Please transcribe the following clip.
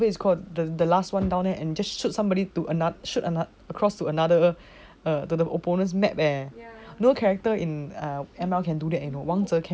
what is it call the the last one down there just shoot somebody to another shoot another cross to another to the opponent's map eh no character in err M_L can do that only wangzhe can eh